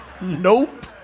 Nope